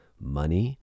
money